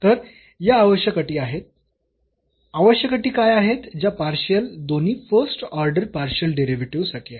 तर या आवश्यक अटी आहेत आवश्यक अटी काय आहेत ज्या पार्शियल दोन्ही फर्स्ट ऑर्डर पार्शियल डेरिव्हेटिव्हस् साठी आहेत